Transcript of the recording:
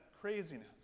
craziness